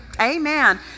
Amen